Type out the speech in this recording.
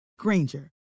Granger